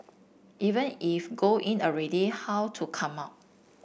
even if go in already how to come up